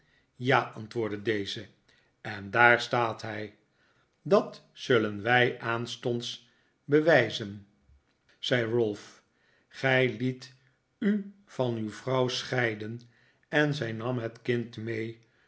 ja antwoordde deze en daar staat hij dat zullen wij aanstonds bewijzen zei ralph gij liet u van uw vrouw scheiden en zij nam het kind mee